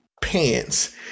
pants